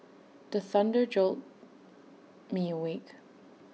the thunder jolt me awake